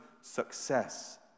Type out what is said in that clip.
success